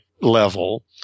level